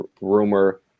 rumor